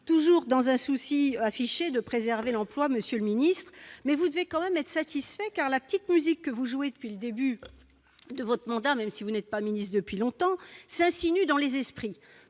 toujours dans un souci affiché de préserver l'emploi, monsieur le ministre. Vous devez tout de même être satisfait, car la petite musique que vous jouez depuis votre prise de fonctions, même si vous n'êtes pas ministre depuis longtemps, s'insinue dans les esprits.